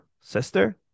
sister